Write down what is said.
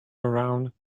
around